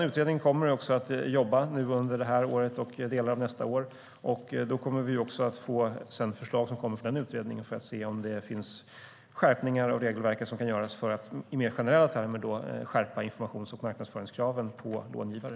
Utredningen kommer att jobba under det här året och delar av nästa år. När vi fått förslag från utredningen kan vi se om det kan göras ändringar av regelverket för att mer generellt skärpa informations och marknadsföringskraven på långivare.